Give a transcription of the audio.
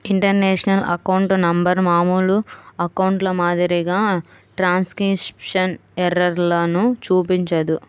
international account number మామూలు అకౌంట్ల మాదిరిగా ట్రాన్స్క్రిప్షన్ ఎర్రర్లను చూపించదు